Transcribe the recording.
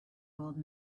old